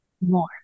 more